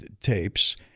tapes